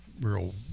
real